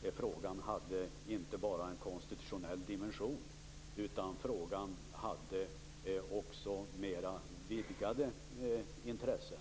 det tror jag att också Håkan Holmberg kan erinra sig, att frågan inte bara hade en konstitutionell dimension, utan att den också omfattade mera vidgade intressen.